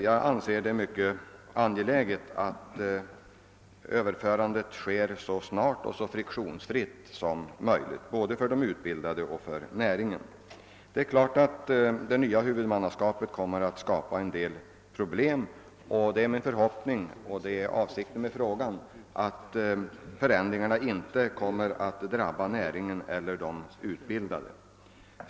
Jag anser det vara mycket angeläget både för utbildningen och för näringen att överförandet av huvudmannaskapet sker så snart och så friktionsfritt som möjligt. Det är klart att omläggningen av hun vudmannaskapet kommer att skapa en del problem. Det är min förhoppning, och min avsikt med frågan, att förändringarna inte skall drabba näringen eller de utbildade.